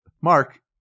Mark